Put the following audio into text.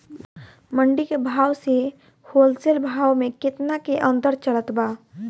मंडी के भाव से होलसेल भाव मे केतना के अंतर चलत बा?